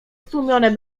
stłumione